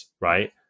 right